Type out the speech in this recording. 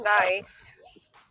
Nice